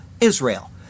Israel